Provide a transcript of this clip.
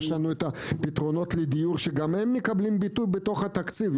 יש לנו הפתרונות לדיור שגם הם מקבלים ביטוי בתוך התקציב.